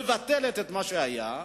מבטלת את מה שהיה,